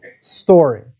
story